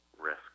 risk